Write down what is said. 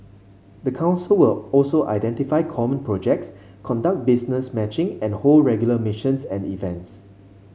the council will also identify common projects conduct business matching and hold regular missions and events